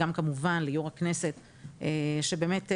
גם כמובן ליו"ר הכנסת שבאמת חשבתם על החשיבות של היום הזה,